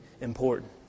important